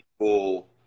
people